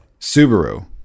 Subaru